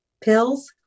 pills